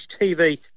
TV